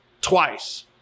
twice